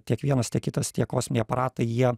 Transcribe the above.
tiek vienas tiek kitas tie kosminiai aparatai jie